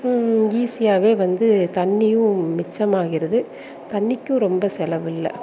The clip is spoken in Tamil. ஈஸியாகவே வந்து தண்ணியும் மிச்சமாகிறது தண்ணிக்கும் ரொம்ப செலவில்லை